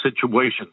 situations